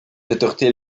autorités